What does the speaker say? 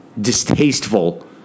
distasteful